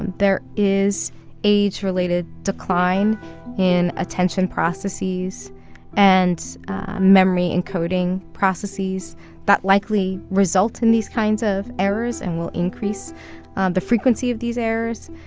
and there is age-related decline in attention processes and memory encoding processes that likely result in these kinds of errors and will increase the frequency of these errors.